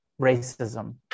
racism